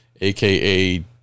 aka